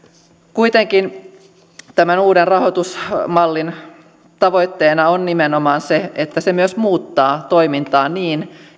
kuitenkin tämän uuden rahoitusmallin tavoitteena on nimenomaan se että se myös muuttaa toimintaa niin